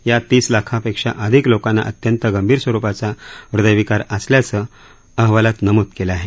यात तीस लाखापेक्षा अधिक लोकांना अत्यंत गंभीर स्वरुपाचा हृदयविकार असल्याचं अहवालात नमूद केलं आहे